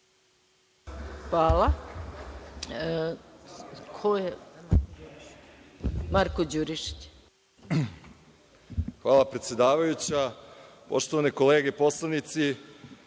**Marko Đurišić** Hvala, predsedavajuća. Poštovane kolege poslanici,